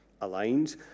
aligned